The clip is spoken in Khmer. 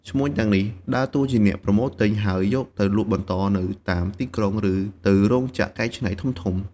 ឈ្មួញទាំងនេះដើរតួជាអ្នកប្រមូលទិញ ហើយយកទៅលក់បន្តនៅតាមទីក្រុង ឬទៅរោងចក្រកែច្នៃធំៗ។